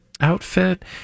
outfit